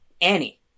Annie